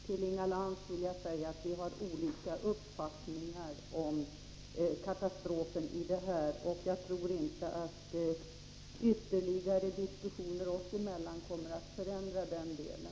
Till Inga Lantz vill jag säga att vi har olika uppfattningar om katastrofen i detta. Jag tror inte att ytterligare diskussioner oss emellan kommer att förändra den saken.